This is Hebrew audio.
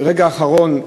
ברגע האחרון,